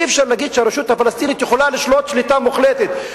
אי-אפשר להגיד שהרשות הפלסטינית יכולה לשלוט שליטה מוחלטת,